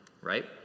right